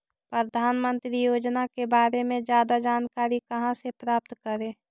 प्रधानमंत्री योजना के बारे में जादा जानकारी कहा से प्राप्त करे?